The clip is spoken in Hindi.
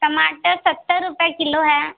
टमाटर सत्तर रुपये किलो है